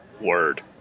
Word